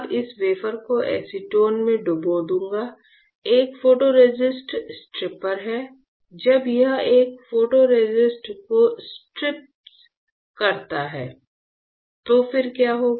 अब इस वेफर को एसीटोन में डुबो दूंगा एक फोटोरेसिस्ट स्ट्रिपर है और जब यह एक फोटोरेसिस्ट को स्ट्रिप्स करता है तब फिर क्या होगा